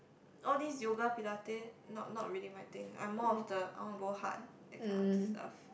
all these yoga Pilates not not really my thing I'm more of the I want go hard that kind of stuff